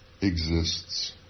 exists